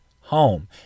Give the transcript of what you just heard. home